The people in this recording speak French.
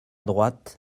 droite